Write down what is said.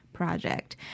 project